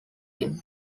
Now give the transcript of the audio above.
inn